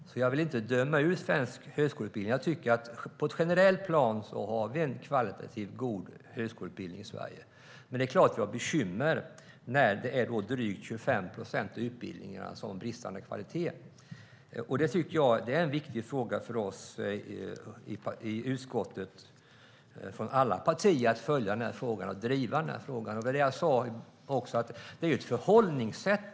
Jag vill därför inte döma ut svensk högskoleutbildning. På ett generellt plan finns en kvalitativt god högskoleutbildning i Sverige. Men det är klart att det är bekymmersamt när drygt 25 procent av utbildningarna är av bristande kvalitet. Det är en viktig fråga för alla partier i utskottet att följa och driva frågan. Kvalitetsutveckling är fråga om ett förhållningssätt.